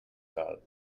cal